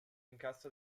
incasso